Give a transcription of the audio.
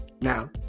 Now